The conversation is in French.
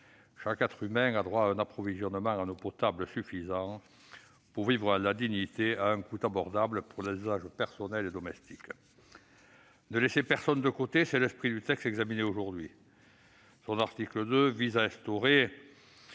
». Chaque être humain a droit à un approvisionnement en eau potable suffisant pour vivre dans la dignité, à un coût abordable pour les usages personnels et domestiques.